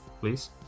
Please